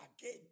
again